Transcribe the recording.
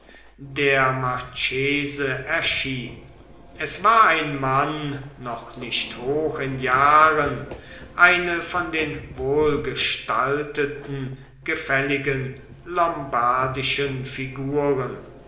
der marchese erschien es war ein mann noch nicht hoch in jahren eine von den wohlgestalteten gefälligen lombardischen figuren